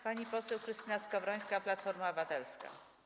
Pani poseł Krystyna Skowrońska, Platforma Obywatelska.